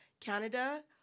Canada